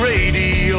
Radio